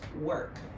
work